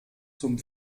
zum